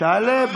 תעלה.